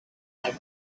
her